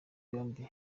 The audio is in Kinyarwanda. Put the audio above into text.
yombi